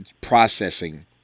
processing